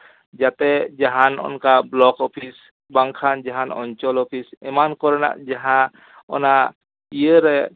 ᱡᱟᱛᱮ ᱡᱟᱦᱟᱱ ᱚᱱᱠᱟ ᱵᱞᱚᱠ ᱚᱯᱷᱤᱥ ᱵᱟᱝᱠᱷᱟᱱ ᱡᱟᱦᱟᱱ ᱚᱧᱪᱚᱞ ᱚᱯᱷᱤᱥ ᱮᱢᱟᱱ ᱠᱚᱨᱮᱱᱟᱜ ᱡᱟᱦᱟᱸ ᱚᱱᱟ ᱤᱭᱟᱹ ᱨᱮ